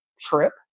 trip